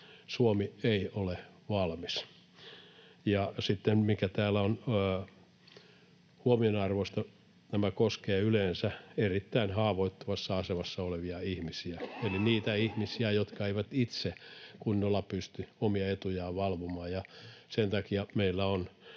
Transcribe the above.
mikä täällä on huomionarvoista: Nämä koskevat yleensä erittäin haavoittuvassa asemassa olevia ihmisiä eli niitä ihmisiä, jotka eivät itse kunnolla pysty omia etujaan valvomaan. Sen takia meillä on